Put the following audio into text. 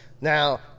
Now